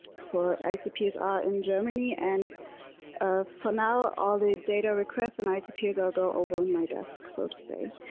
for icpsr in germany and for now all the data requests and icpsr go over my desk so to say